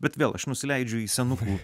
bet vėl aš nusileidžiu į senukų